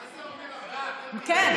מה זה אומר, מרב?